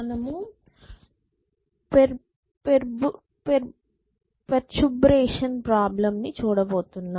మనం perturbation problem ని చూడబోతున్నాం